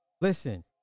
listen